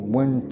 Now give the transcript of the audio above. one